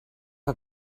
que